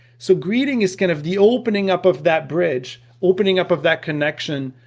so greeting is kind of the opening up of that bridge, opening up of that connection,